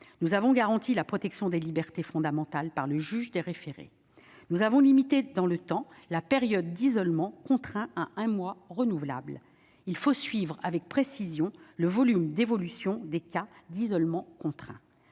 Nous avons garanti la protection des libertés fondamentales par le juge des référés. Nous avons limité dans le temps la période d'isolement contraint à un mois renouvelable. Il faut suivre avec précision le volume d'évolution des cas d'isolement contraint.